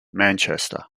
manchester